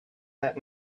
that